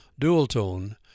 Dualtone